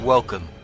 Welcome